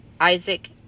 Isaac